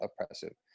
oppressive